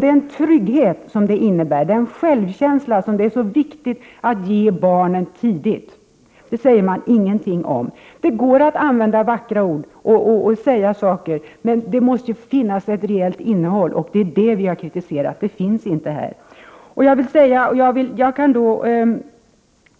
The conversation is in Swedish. Den trygghet och den självkänsla som det är så viktigt att tidigt ge barnen säger man ingenting om. Det går att använda vackra ord, men det måste också finnas ett reellt innehåll, och vad vi har kritiserat är att det inte finns något sådant. Jag kan